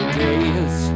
days